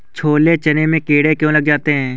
छोले चने में कीड़े क्यो लग जाते हैं?